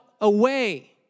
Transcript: away